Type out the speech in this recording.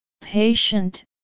Patient